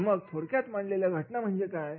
तर मग थोडक्यात मांडलेल्या घटना म्हणजे काय